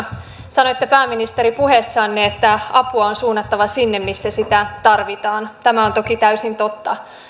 sanoitte pääministeri puheessanne että apua on suunnattava sinne missä sitä tarvitaan tämä on toki täysin totta